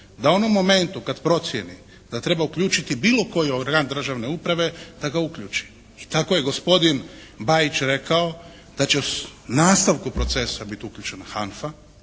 u onom momentu kad procijeni da treba uključiti bilo koji organ državne uprave da ga uključi i tako je gospodin Bajić rekao da će u nastavku procesa biti uključena HANFA